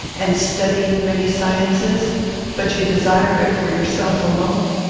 and studying many sciences but you desire it for yourself alone.